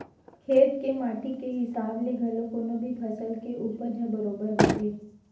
खेत के माटी के हिसाब ले घलो कोनो भी फसल के उपज ह बरोबर होथे